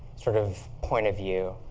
sort of point of view.